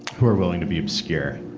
who are willing to be obscure?